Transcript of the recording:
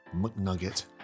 McNugget